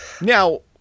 Now